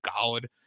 god